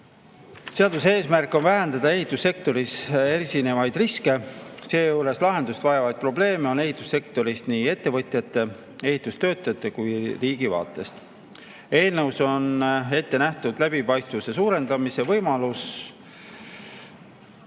Seaduse eesmärk on vähendada ehitussektoris esinevaid riske, seejuures on lahendust vajavaid probleeme ehitussektoris nii ettevõtjate, ehitustöötajate kui ka riigi vaatest. Eelnõus on ette nähtud läbipaistvuse suurendamise võimalus.